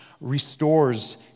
restores